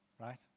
Right